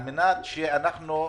בגלל מה?